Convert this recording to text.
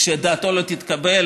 כשדעתו לא תתקבל,